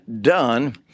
done